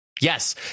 Yes